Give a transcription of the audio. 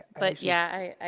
but yeah,